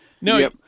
No